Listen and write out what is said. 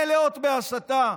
מלאות בהסתה,